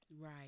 Right